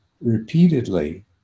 repeatedly